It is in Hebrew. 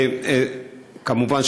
כמובן,